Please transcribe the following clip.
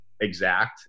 exact